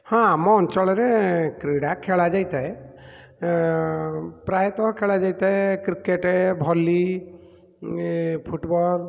ହଁ ଆମ ଅଞ୍ଚଳରେ କ୍ରୀଡା ଖେଳାଯାଇଥାଏ ପ୍ରାୟତଃ ଖେଳା ଯାଇଥାଏ କ୍ରିକେଟ୍ ଭଲି ଫୁଟ୍ବଲ୍